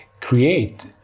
create